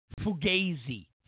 Fugazi